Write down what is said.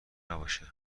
نباشه